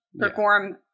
perform